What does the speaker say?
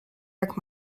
jak